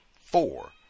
four